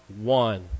one